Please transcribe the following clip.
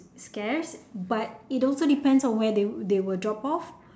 scarce but it also depends on where they they were drop off